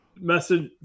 message